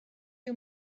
you